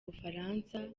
bufaransa